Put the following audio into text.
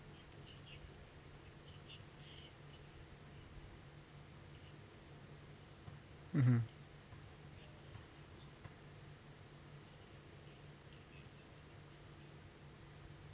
mmhmm